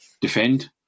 Defend